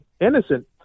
innocent